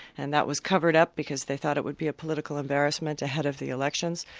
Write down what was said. and that was covered up because they thought it would be a political embarrassment ahead of the elections.